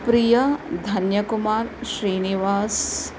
Priya Dhanyakumar Srinivas